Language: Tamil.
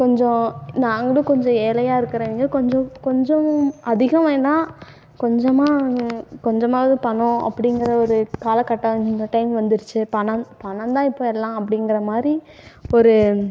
கொஞ்சம் நாங்களும் கொஞ்சம் ஏழையா இருக்கறவிங்க கொஞ்சம் கொஞ்சம் அதிகம் வேணாம் கொஞ்சமாக கொஞ்சமாகவே பணம் அப்படிங்கிற ஒரு காலக்கட்டாயம் இந்த டைம் வந்துருச்சு பணம் பணம் தான் இப்போ எல்லாம் அப்படிங்கிற மாதிரி ஒரு